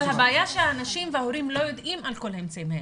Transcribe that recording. הבעיה שאנשים והורים לא יודעים על כל האמצעים האלה.